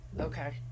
okay